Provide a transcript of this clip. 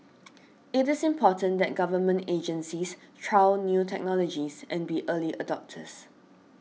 it is important that Government agencies trial new technologies and be early adopters